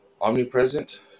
omnipresent